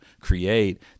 create